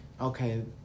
okay